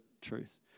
truth